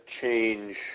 change